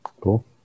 Cool